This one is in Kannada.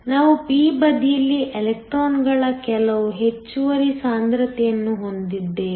ನಾವು p ಬದಿಯಲ್ಲಿ ಎಲೆಕ್ಟ್ರಾನ್ಗಳ ಕೆಲವು ಹೆಚ್ಚುವರಿ ಸಾಂದ್ರತೆಯನ್ನು ಹೊಂದಿದ್ದೇವೆ